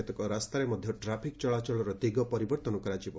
କେତେକ ରାସ୍ତାରେ ମଧ୍ୟ ଟ୍ରାଫିକ୍ ଚଳାଚଳର ଦିଗ ପରିବର୍ତ୍ତନ କରାଯିବ